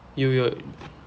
you your